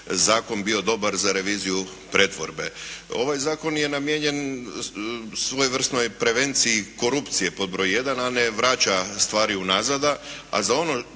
zakon bio dobar za reviziju pretvorbe. Ovaj zakon je namijenjen svojevrsnoj prevenciji korupcije pod broj jedan, a ne vraća stvari unazad. A za ono